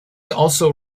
also